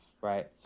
right